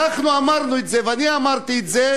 ואנחנו אמרנו את זה, ואני אמרתי את זה.